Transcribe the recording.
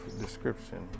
description